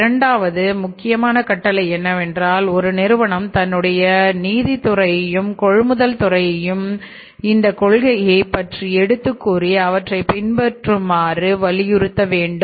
இரண்டாவது முக்கியமான கட்டளை என்னவென்றால் ஒரு நிறுவனம் தன்னுடைய நீதித்துறையையும் கொள்முதல் துறையையும் இந்தக் கொள்கையைப் பற்றி எடுத்துக் கூறி அவற்றை பின்பற்றுமாறு வலியுறுத்த வேண்டும்